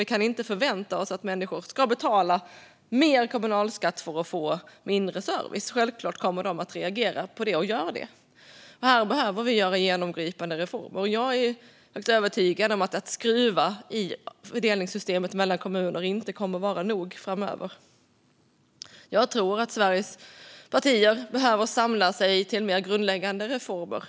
Vi kan inte förvänta oss att människor ska betala mer kommunalskatt för att få mindre service. Självklart kommer de att reagera på det, och det gör de. Här behöver vi göra genomgripande reformer. Jag är övertygad om att det inte kommer att vara nog framöver att skruva i fördelningssystemet mellan kommuner. Jag tror att Sveriges partier behöver samla sig till en mer grundläggande reform.